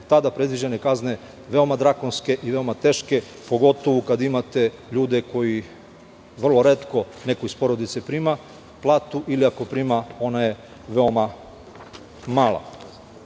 tada predviđene kazne veoma drakonske i veoma teške, pogotovo kada imate ljude koji vrlo retko neko iz porodice prima platu, ili ako prima, ona je veoma mala,